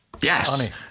Yes